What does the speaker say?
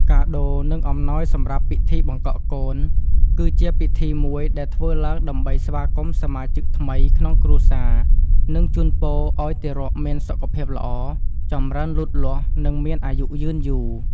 កាដូ និង អំណោយសម្រាប់ពិធីបង្កក់កូន គឺជាពិធីមួយដែលធ្វើឡើងដើម្បីស្វាគមន៍សមាជិកថ្មីក្នុងគ្រួសារ និងជូនពរឲ្យទារកមានសុខភាពល្អ ចម្រើនលូតលាស់ និងមានអាយុយឺនយូរ។